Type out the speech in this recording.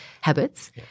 habits